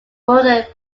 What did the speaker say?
violence